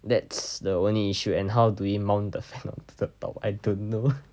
that's the only issue and how do we mount the fan onto the top I don't know